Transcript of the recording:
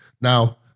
Now